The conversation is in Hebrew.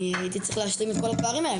אני הייתי צריך להשלים את כל הפערים האלה,